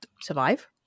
survive